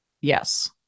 yes